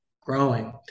growing